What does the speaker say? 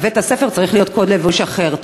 בבית-הספר צריך להיות קוד לבוש אחר.